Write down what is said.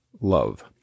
love